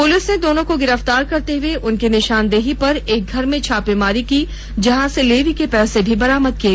police दोनों को गिरफ्तार करते हुए उनकी निशानदेही पर एक घर में छापामारी की जहां से लेवी के पैसे भी मिले